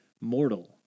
mortal